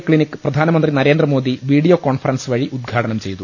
clinic പ്രധാനമന്ത്രി Narendra Modi video conference വഴി ഉദ്ഘാടനം ചെയ്തു